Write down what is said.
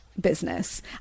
business